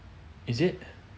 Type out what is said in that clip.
is it